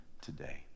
today